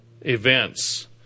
events